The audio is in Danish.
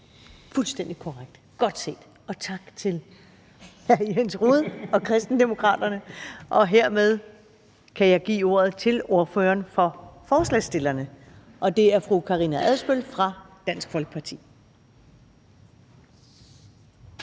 Fuldstændig korrekt, godt set! Og tak til hr. Jens Rohde og Kristendemokraterne. Hermed kan jeg give ordet til ordføreren for forslagsstillerne. Det er fru Karina Adsbøl fra Dansk Folkeparti.